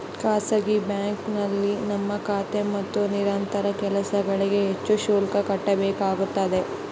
ಖಾಸಗಿ ಬ್ಯಾಂಕಿಂಗ್ನಲ್ಲಿ ನಮ್ಮ ಖಾತೆ ಮತ್ತು ಇನ್ನಿತರ ಕೆಲಸಗಳಿಗೆ ಹೆಚ್ಚು ಶುಲ್ಕ ಕಟ್ಟಬೇಕಾಗುತ್ತದೆ